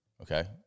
Okay